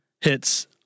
hits